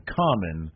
common